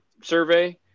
survey